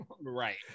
right